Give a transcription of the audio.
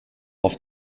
auf